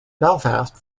belfast